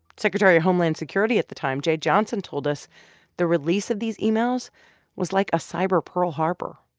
secretary of homeland security at the time jeh johnson told us the release of these emails was like a cyber pearl harbor.